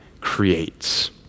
creates